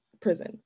prison